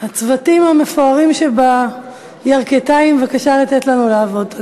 הצוותים המפוארים שבירכתיים, בבקשה לתת לנו לעבוד.